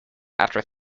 after